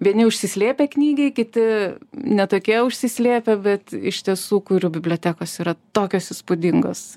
vieni užsislėpę knygiai kiti ne tokie užsislėpę bet iš tiesų kurių bibliotekos yra tokios įspūdingos